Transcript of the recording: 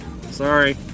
sorry